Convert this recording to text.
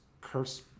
curse